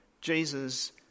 Jesus